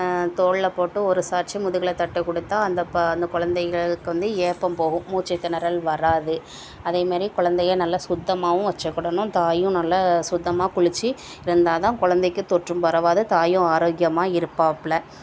தோளில்ல போட்டு ஒரு சாய்ச்சு முதுகில் தட்டி கொடுத்தா அந்த பா அந்த கொழந்தைகளுக்கு வந்து ஏப்பம் போகும் மூச்சுத் திணறல் வராது அதே மாரி கொழந்தைக நல்லா சுத்தமாகவும் வச்சுக்கிடணும் தாயும் நல்லா சுத்தமாக குளிச்சு இருந்தால்தான் கொழந்தைக்கு தொற்றும் பரவாது தாயும் ஆரோக்கியமாக இருப்பாப்ல